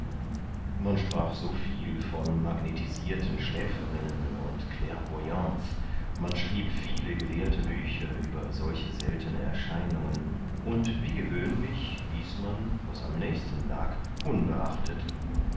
man sprach so viel von magnetisierten schläferinnen und clairvoyantes man schrieb viele gelehrte bücher über solche seltene erscheinungen und wie gewöhnlich ließ man was am nächsten lag unbeachtet